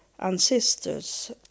ancestors